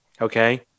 Okay